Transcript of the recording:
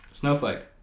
snowflake